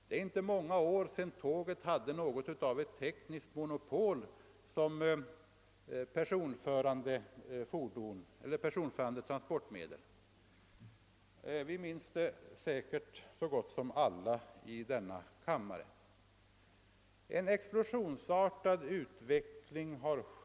Det är inte särskilt många år sedan tåget hade någonting av tekniskt monopol som personförande transportmedel — säkert minns så gott som alla i denna kammare den tiden.